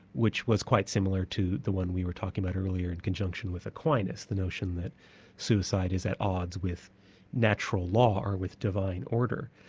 which was quite similar to the one we were talking about earlier in conjunction with aquinas, the notion that suicide is at odds with natural law and with divine order.